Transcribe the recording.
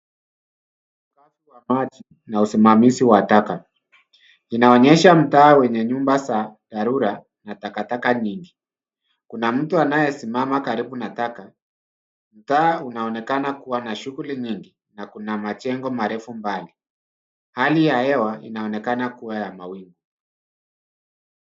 Maji na usimamizi wa taka. Inaonyesha mtaa wenye nyumba za dharura na takataka nyingi. Kuna mtu anayo simama karibu na taka. Mtaa una onekana kuwa na shughuli nyingi na kuna majengo marefu mbali. Hali ya hewa ina onekana kuwa ya mawingu.